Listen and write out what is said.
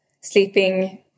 sleeping